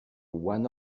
one